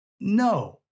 no